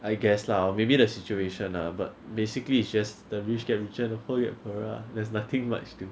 I guess lah or maybe the situation lah but basically it's just the rich get richer the poor get poorer ah there's nothing much to